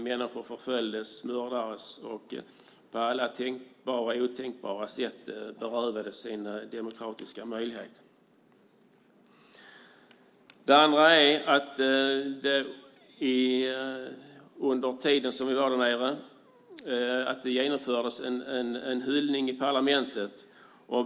Människor förföljdes och mördades och berövades på alla tänkbara och otänkbara sätt sin demokratiska möjlighet. Under tiden som vi var där genomfördes en hyllning i parlamentet.